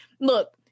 look